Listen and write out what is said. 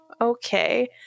okay